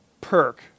perk